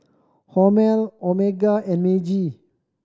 Hormel Omega and Meiji